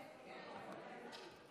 בבקשה, אדוני.